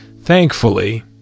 Thankfully